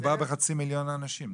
מדובר בחצי מיליון אנשים.